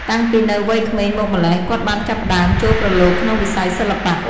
តាំងពីនៅវ័យក្មេងមកម្ល៉េះ គាត់បានចាប់ផ្ដើមចូលប្រឡូកក្នុងវិស័យសិល្បៈ។